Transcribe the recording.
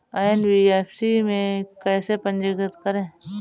NBFC में कैसे पंजीकृत करें?